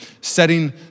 setting